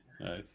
Nice